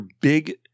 big